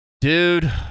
Dude